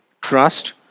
trust